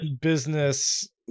business